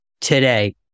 today